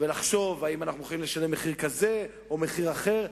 ולחשוב אם אנחנו מוכנים לשלם מחיר כזה או אחר.